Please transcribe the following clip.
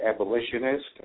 abolitionist